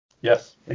yes